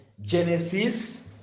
Genesis